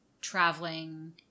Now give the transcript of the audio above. traveling